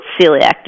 celiac